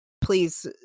please